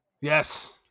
Yes